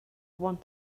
want